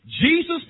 Jesus